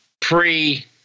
pre—